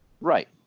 Right